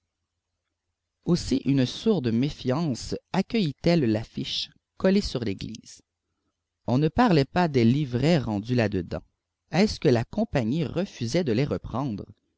aussi une sourde méfiance accueillit elle l'affiche collée sur l'église on ne parlait pas des livrets rendus là-dedans est-ce que la compagnie refusait de les reprendre